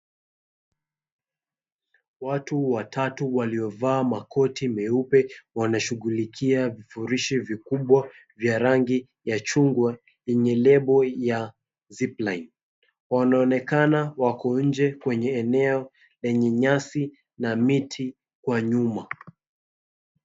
Watu watatu waliovaa makoti meupe wanashughulikia vifurushi vikubwa vya rangi ya chungwa yenye lebo ya Zipline. Wanaonekana wako nje kwenye eneo lenye nyasi na miti kwa nyuma.